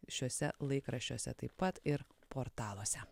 šiuose laikraščiuose taip pat ir portaluose